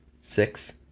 Six